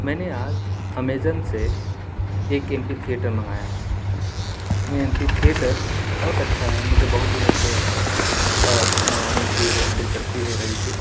میں نے آج امازون سے ایک ایم پی تھیئٹر منگایا وہ ایم پی تھیئٹر بہت اچھا ہے مجھے بہت دنوں سے منگانے کی بہت دلچسپی ہو رہی تھی